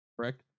correct